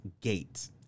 Gate